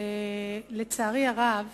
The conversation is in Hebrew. לצערי הרב